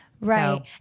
Right